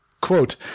Quote